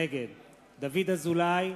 נגד דוד אזולאי,